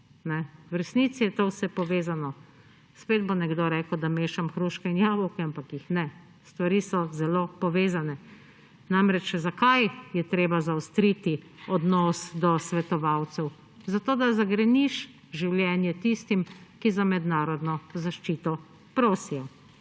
V resnici je to vse povezano. Spet bo nekdo rekel, da mešam hruške in jabolka, ampak jih ne. Stvari so zelo povezane. Namreč, zakaj je treba zaostriti odnos do svetovalcev? Zato, da zagreniš življenje tistim, ki za mednarodno zaščito prosijo.